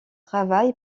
travail